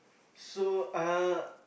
so uh